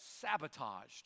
sabotaged